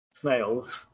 snails